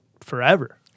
forever